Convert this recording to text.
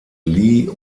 lee